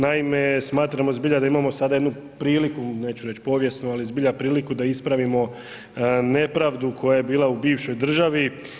Naime, smatramo zbilja da imamo sada jednu priliku, neću reći povijesnu ali zbilja priliku da ispravimo nepravdu koja je bila u bivšoj državi.